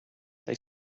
they